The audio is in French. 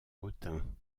autun